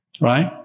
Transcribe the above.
Right